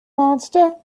monster